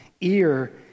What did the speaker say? ear